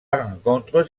rencontre